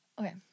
Okay